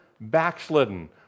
backslidden